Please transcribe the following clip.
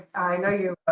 i know you